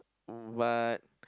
but